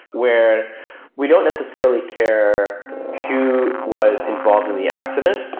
where we don't necessarily care who was involved in the accident,